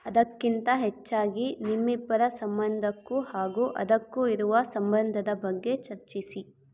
ಅದಕ್ಕಿಂತ ಹೆಚ್ಚಾಗಿ ನಿಮ್ಮಿಬ್ಬರ ಸಂಬಂಧಕ್ಕೂ ಹಾಗೂ ಅದಕ್ಕೂ ಇರುವ ಸಂಬಂಧದ ಬಗ್ಗೆ ಚರ್ಚಿಸಿ